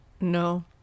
No